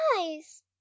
eyes